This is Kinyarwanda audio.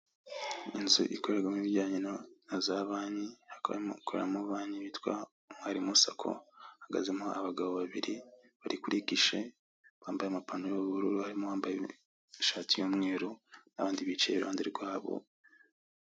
Inzu ikorerwamo ibijyanye na za banki, hakaba hakoreramo banki yitwa umwarimu sako. Hahagazemo abagabo babiri bari kuri gishe, bambaye amapantaro y'ubururu, harimo uwambaye ishati y'umweru n'abandi bicaye iruhande rwabo.